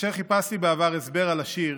כאשר חיפשתי בעבר הסבר על השיר